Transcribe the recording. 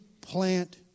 plant